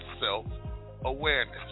self-awareness